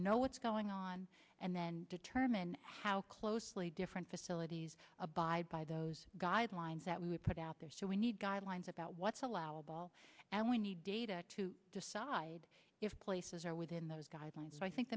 know what's going on and then determine how closely different facilities abide by those guidelines that we put out there so we need guidelines about what's allowable and we need data to decide if places are within those guidelines so i think